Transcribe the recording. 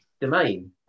domain